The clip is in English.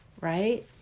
right